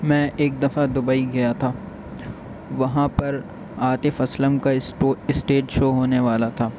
میں ایک دفعہ دبئی گیا تھا وہاں پر عاطف اسلم کا اسٹو اسٹیج شو ہونے والا تھا